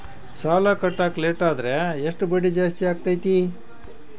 ಸಾಲ ಕಟ್ಟಾಕ ಲೇಟಾದರೆ ಎಷ್ಟು ಬಡ್ಡಿ ಜಾಸ್ತಿ ಆಗ್ತೈತಿ?